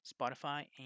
Spotify